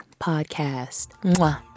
podcast